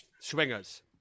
Swingers